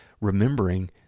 remembering